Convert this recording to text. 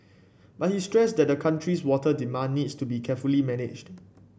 but he stressed that the country's water demand needs to be carefully managed